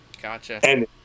Gotcha